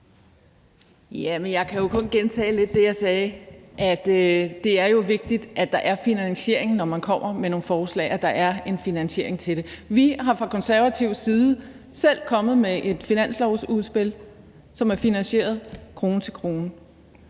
jeg kan jo lidt kun gentage det, jeg sagde: at det er vigtigt, at der er finansiering, når man kommer med forslag – at der er en finansiering til det. Vi er fra Konservatives side selv kommet med et finanslovsudspil, som er finansieret krone til krone.